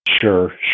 Sure